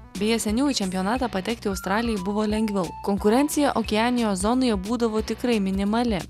beje seniau į čempionatą patekti australijai buvo lengviau konkurencija okeanijos zonoje būdavo tikrai minimali